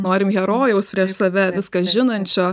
norim herojaus prieš save viską žinančio